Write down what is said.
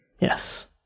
Yes